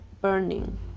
burning